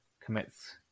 commits